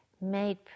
made